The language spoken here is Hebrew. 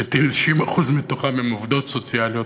ש-90% מהם הם עובדות סוציאליות.